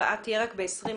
הבאה תהיה רק ב-2020,